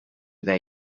their